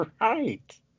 Right